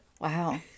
Wow